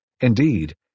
Indeed